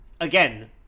again